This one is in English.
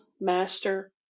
master